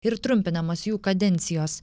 ir trumpinamos jų kadencijos